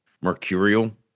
mercurial